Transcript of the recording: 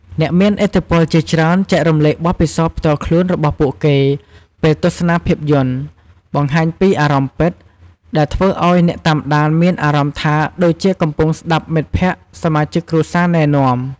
អ្នកមានឥទ្ធិពលជាច្រើនចែករំលែកបទពិសោធន៍ផ្ទាល់ខ្លួនរបស់ពួកគេពេលទស្សនាភាពយន្ត បង្ហាញពីអារម្មណ៍ពិត ដែលធ្វើឱ្យអ្នកតាមដានមានអារម្មណ៍ថាដូចជាកំពុងស្តាប់មិត្តភក្តិសមាជិកគ្រួសារណែនាំ។